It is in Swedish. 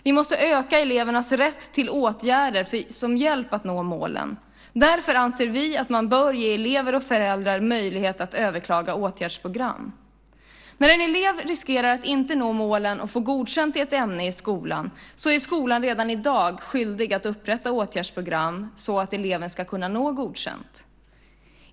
Vi måste öka elevernas rätt till åtgärder som hjälp att nå målen. Därför anser vi att man bör ge elever och föräldrar möjlighet att överklaga åtgärdsprogram. När en elev riskerar att inte nå målen och få godkänt i ett ämne i skolan är skolan redan i dag skyldig att upprätta åtgärdsprogram så att eleven ska kunna nå godkänt.